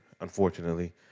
unfortunately